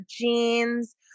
jeans